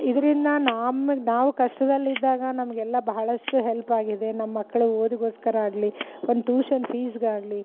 ಇದರಿಂದ ನಮ್ಗ್ ನಾವು ಕಷ್ಟದಲ್ಲಿದ್ದಾಗ ನಮಗೆಲ್ಲ ಬಹಳಷ್ಟು ಹೆಲ್ಪ್ ಆಗಿದೆ ನಮ್ಮ ಮಕ್ಕಳು ಓದುಗೋಸ್ಕರ ಆಗಲಿ ಒಂದು ಟ್ಯೂಷನ್ ಫೀಸ್ಗಾಗಲಿ